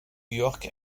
york